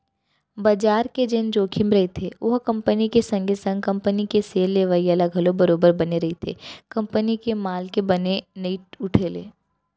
बजार के जेन जोखिम रहिथे ओहा कंपनी के संगे संग कंपनी के सेयर लेवइया ल घलौ बरोबर बने रहिथे कंपनी के माल के बने नइ उठे ले